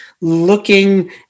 looking